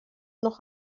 noch